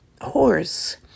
horse